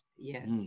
Yes